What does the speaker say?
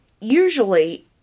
usually